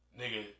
nigga